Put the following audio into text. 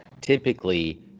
typically